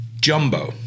Jumbo